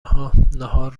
ها، نهار